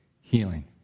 Healing